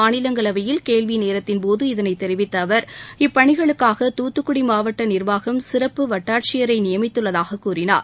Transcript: மாநிலங்களவையில் கேள்வி நேரத்தின்போது இதனைத் தெரிவித்த அவர் இப்பணிகளுக்காக துத்துக்குடி மாவட்ட நிர்வாகம் சிறப்பு வட்டாட்சியரை நியமித்துள்ளதாகக் கூறினார்